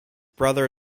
brother